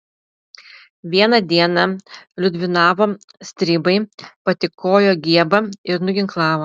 vieną dieną liudvinavo stribai patykojo giebą ir nuginklavo